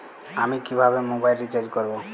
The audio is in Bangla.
আমি কিভাবে মোবাইল রিচার্জ করব?